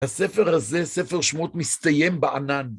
הספר הזה, ספר שמות, מסתיים בענן.